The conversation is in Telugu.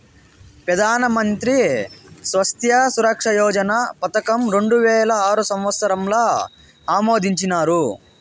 పెదానమంత్రి స్వాస్త్య సురక్ష యోజన పదకం రెండువేల ఆరు సంవత్సరంల ఆమోదించినారు